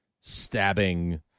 stabbing